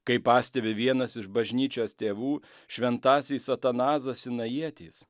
kaip pastebi vienas iš bažnyčios tėvų šventasis atanazas sinajietis